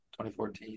2014